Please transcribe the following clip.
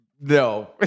No